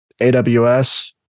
aws